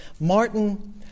Martin